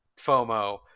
FOMO